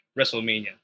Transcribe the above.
WrestleMania